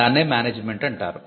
దాన్నే Management అంటారు